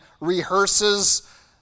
rehearses